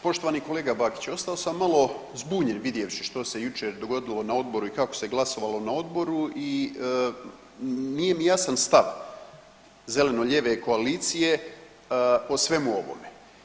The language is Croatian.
Poštovani kolega Bakić, ostao sam malo zbunjen vidjevši što se jučer dogodilo na odboru i kako se glasovalo na odboru i nije mi jasan stav zeleno-lijeve koalicije o svemu ovome.